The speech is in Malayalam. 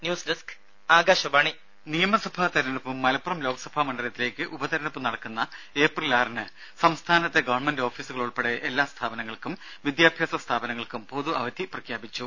രുര നിയമസഭാ തെരഞ്ഞെടുപ്പും മലപ്പുറം ലോക്സഭാ മണ്ഡലത്തിലേക്ക് ഉപതെരഞ്ഞെടുപ്പും നടക്കുന്ന ഏപ്രിൽ ആറിന് സംസ്ഥാനത്തെ ഗവൺമെന്റ് ഓഫീസുകൾ ഉൾപ്പെടെ എല്ലാ സ്ഥാപനങ്ങൾക്കും വിദ്യാഭ്യാസ സ്ഥാപനങ്ങൾക്കും പൊതു അവധി പ്രഖ്യാപിച്ചു